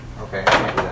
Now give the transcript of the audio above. okay